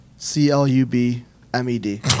C-L-U-B-M-E-D